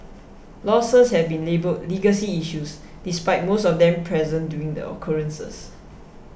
losses have been labelled legacy issues despite most of them present during the occurrences